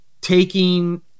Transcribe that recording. taking